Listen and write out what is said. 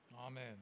Amen